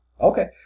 Okay